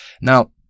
Now